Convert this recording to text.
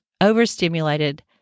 overstimulated